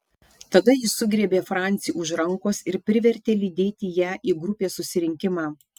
tada ji sugriebė francį už rankos ir privertė lydėti ją į grupės susirinkimą